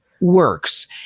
works